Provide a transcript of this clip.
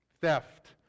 theft